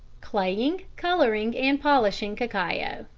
claying, colouring, and polishing cacao.